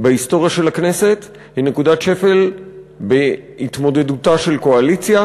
בהיסטוריה של הכנסת ונקודת שפל בהתמודדותה של קואליציה.